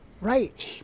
right